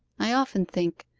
i often think,